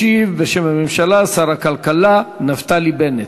ישיב בשם הממשלה שר הכלכלה נפתלי בנט.